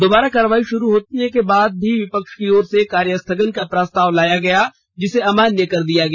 दोबारा कार्यवाही शुरू होने के बाद भी विपक्ष की ओर से कार्यस्थगन का प्रस्ताव लाया गया जिसे अमान्य कर दिया गया